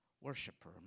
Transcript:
worshiper